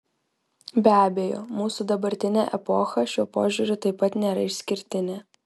be abejo mūsų dabartinė epocha šiuo požiūriu taip pat nėra išskirtinė